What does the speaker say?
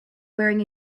wearing